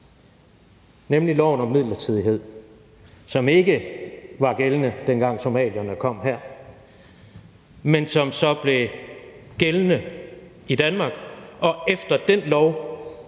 nemlig loven om midlertidighed, som ikke var gældende, dengang somalierne kom her, men som så blev gældende i Danmark. Efter den lov